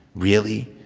really?